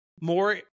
more